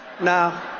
Now